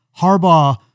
Harbaugh